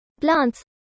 Plants